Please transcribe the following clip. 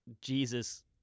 Jesus